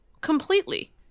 Completely